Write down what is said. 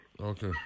Okay